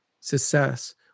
success